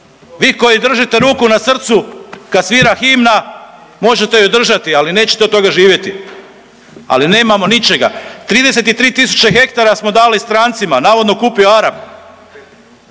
Vi koji držite ruku na srcu kad svira himna možete ju držati ali nećete od toga živjeti, ali nemamo ničega. 33 tisuće hektara smo dali strancima, navodno kupio Arap.